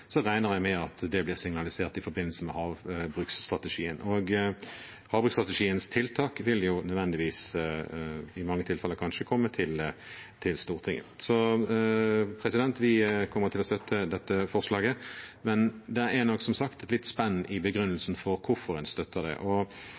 regner jeg med at det blir signalisert i forbindelse med havbruksstrategien. Havbruksstrategiens tiltak vil nødvendigvis i mange tilfeller komme til Stortinget. Vi kommer til å støtte dette forslaget, men det er nok, som sagt, litt spenn i